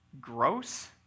gross